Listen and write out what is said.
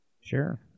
Sure